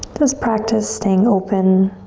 just practice staying open